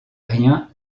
rien